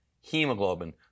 hemoglobin